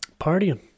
Partying